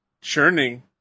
Churning